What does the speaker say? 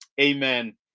Amen